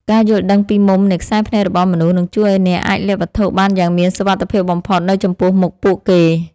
ការយល់ដឹងពីមុំនៃខ្សែភ្នែករបស់មនុស្សនឹងជួយឱ្យអ្នកអាចលាក់វត្ថុបានយ៉ាងមានសុវត្ថិភាពបំផុតនៅចំពោះមុខពួកគេ។